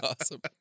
awesome